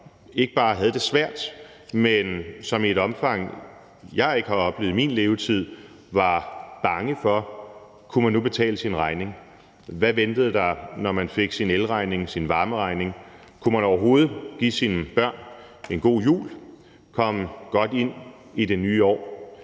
ikke bare havde det svært, men som i et omfang, jeg ikke har oplevet i min levetid, var bange for, om man nu kunne betale sin regning. Hvad ventede der, når man fik sin elregning, sin varmeregning? Kunne man overhovedet give sine børn en god jul, komme godt ind i det nye år?